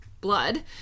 blood